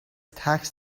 tax